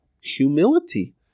humility